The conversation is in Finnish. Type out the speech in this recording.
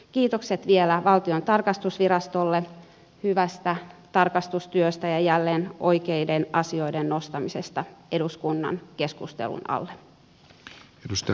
kiitokset vielä valtion tarkastusvirastolle hyvästä tarkastustyöstä ja jälleen oikeiden asioiden nostamisesta eduskunnan keskustelun alle